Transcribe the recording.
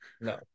No